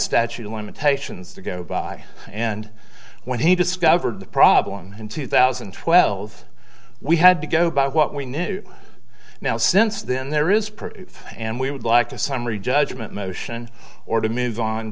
statute of limitations to go by and when he discovered the problem in two thousand and twelve we had to go by what we knew now since then there is and we would like to summary judgment motion or to move on